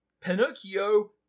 Pinocchio